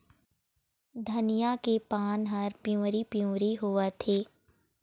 धनिया के पान हर पिवरी पीवरी होवथे?